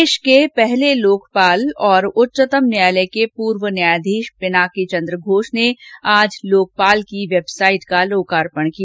देश के पहले लोकपाल और उच्चतम न्यायालय के पूर्व न्यायाधीश पिनाकी चन्द्र घोष ने आज लोकपाल की वेबसाइट का लोकापर्ण किया